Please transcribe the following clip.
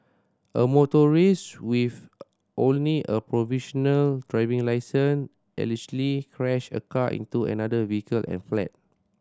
a motorist with only a provisional driving licence allegedly crashed a car into another vehicle and fled